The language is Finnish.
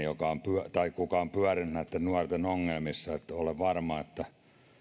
joka on eniten pyörinyt mukana näiden nuorten ongelmissa olen varma että tynkkyselle